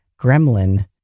gremlin